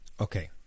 Okay